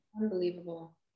unbelievable